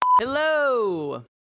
Hello